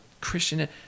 Christian